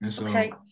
Okay